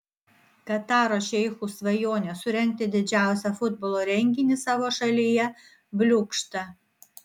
kataro šeichų svajonė surengti didžiausią futbolo renginį savo šalyje bliūkšta